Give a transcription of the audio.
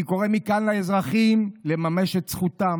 אני קורא מכאן לאזרחים לממש את זכותם